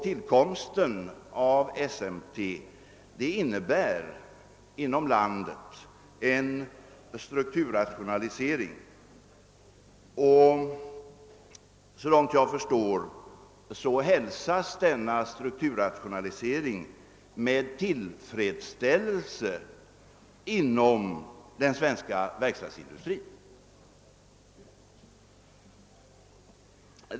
Tillkomsten av SMT innebär därför en strukturrationalisering, som såvitt jag förstår hälsas med tillfredsställelse inom den svenska verkstadsindustrin.